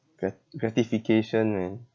gra~ gratification man